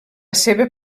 seva